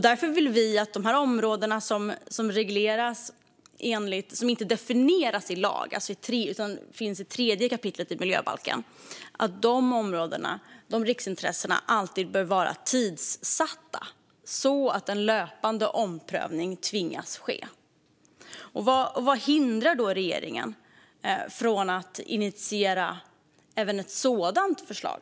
Därför vill vi att de områden - riksintressen - som inte definieras i lag utan finns i kapitel 3 i miljöbalken alltid bör vara tidsatta, så att en löpande omprövning tvingas ske. Vad hindrar då regeringen från att initiera även ett sådant förslag?